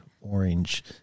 orange